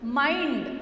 mind